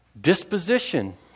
disposition